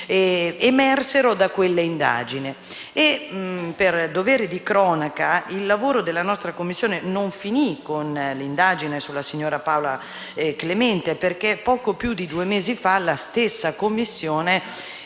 emersero da quell'indagine. Riferisco, per dovere di cronaca, che il lavoro della nostra Commissione non finì con l'indagine sulla signora Paola Clemente, perché poco più di due mesi fa la stessa Commissione